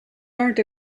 learnt